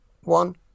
One